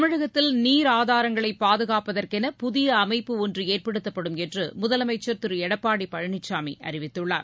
தமிழகத்தில் நீர் ஆதாரங்களைபாதுகாப்பதற்கென புதியஅமைப்பு ஒன்றுஏற்படுத்தப்படும் என்றுமுதலமைச்சர் திருளடப்பாடிபழனிசாமிஅறிவித்துள்ளார்